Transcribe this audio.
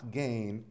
gain